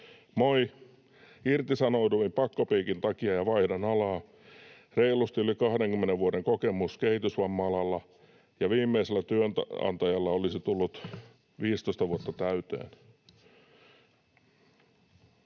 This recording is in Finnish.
”Moi! Irtisanouduin pakkopiikin takia ja vaihdan alaa. Reilusti yli 20 vuoden kokemus kehitysvamma-alalla, ja viimeisellä työnantajalla olisi tullut 15 vuotta täyteen.”